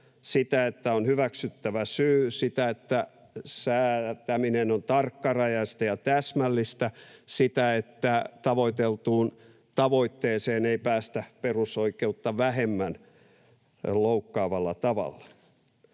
sitä, että on hyväksyttävä syy; sitä, että säätäminen on tarkkarajaista ja täsmällistä; sitä, että tavoiteltuun tavoitteeseen ei päästä perusoikeutta vähemmän loukkaavalla tavalla.